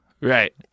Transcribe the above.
right